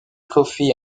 coffee